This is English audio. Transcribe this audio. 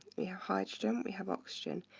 we have hydrogen, we have oxygen.